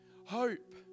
hope